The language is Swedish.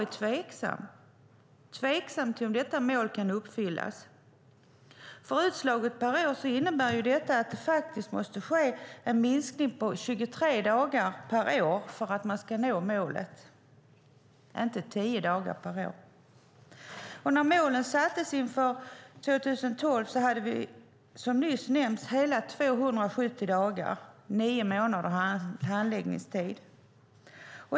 Men jag är tveksam till om detta mål kan uppnås; utslaget per år innebär detta att det måste ske en minskning på 23 dagar per år, inte 10, för att man ska nå målet. När målen sattes inför 2012 hade vi som nyss nämnts hela 270 dagars handläggningstid, det vill säga nio månader.